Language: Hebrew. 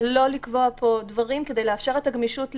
לא לקבוע פה דברים כדי לאפשר את הגמישות לשינויים,